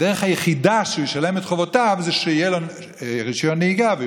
הדרך היחידה שהוא ישלם את חובותיו זה שיהיה לו רישיון נהיגה והוא